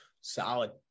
Solid